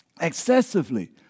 Excessively